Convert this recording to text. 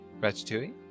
Ratatouille